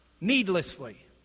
needlessly